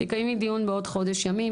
תקיימי דיון בעוד חודש ימים,